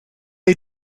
are